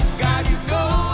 god you go